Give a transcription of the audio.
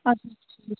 ادٕ حظ ٹھیٖک چھُ